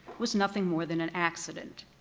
was nothing more than an accident.